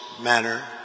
manner